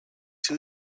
two